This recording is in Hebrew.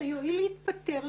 שיואיל להתפטר,